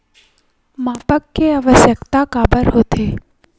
मापन के आवश्कता काबर होथे?